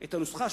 את הנוסחה,